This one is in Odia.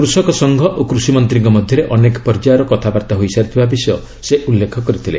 କୃଷକ ସଂଘ ଓ କୃଷିମନ୍ତ୍ରୀଙ୍କ ମଧ୍ୟରେ ଅନେକ ପର୍ଯ୍ୟାୟରେ କଥାବାର୍ତ୍ତା ହୋଇସାରିଥିବା ବିଷୟ ସେ ଉଲ୍ଲେଖ କରିଥିଲେ